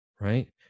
right